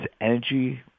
energy